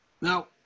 Now